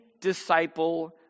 disciple